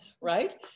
right